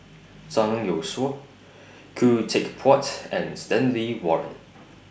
Zhang Youshuo Khoo Teck Puat and Stanley Warren